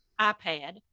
iPad